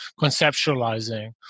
conceptualizing